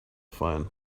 fine